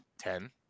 Ten